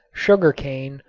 sugar cane,